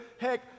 Heck